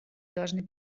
должны